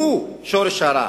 שהוא שורש הרע,